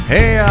Hey